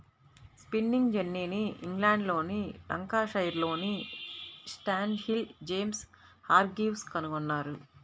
spinning జెన్నీని ఇంగ్లండ్లోని లంకాషైర్లోని స్టాన్హిల్ జేమ్స్ హార్గ్రీవ్స్ కనుగొన్నారు